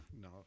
No